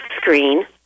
screen